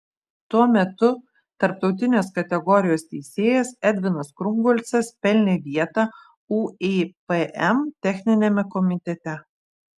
tuo metu tarptautinės kategorijos teisėjas edvinas krungolcas pelnė vietą uipm techniniame komitete